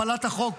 הפלת החוק,